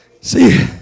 see